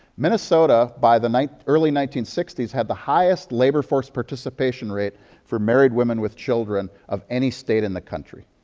minnesota, by the early nineteen sixty s, had the highest labor force participation rate for married women with children of any state in the country.